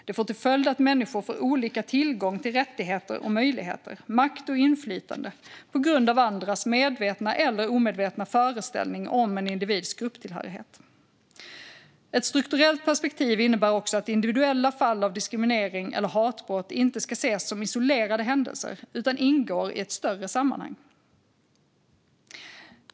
Det får till följd att människor får olika tillgång till rättigheter och möjligheter samt makt och inflytande på grund av andras medvetna eller omedvetna föreställning om en individs grupptillhörighet. Ett strukturellt perspektiv innebär också att individuella fall av diskriminering eller hatbrott inte ska ses som isolerade händelser utan ingår i ett större sammanhang.